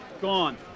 Gone